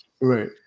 Right